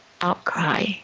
outcry